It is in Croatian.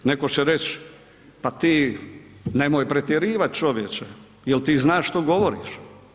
Netko će reći pa ti nemoj pretjerivati čovječe, jel ti znač što govoriš.